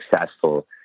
successful